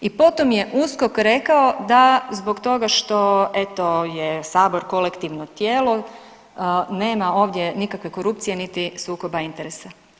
I potom je USKOK rekao da zbog toga što eto je Sabor kolektivno tijelo nema ovdje nikakve korupcije niti sukoba interesa.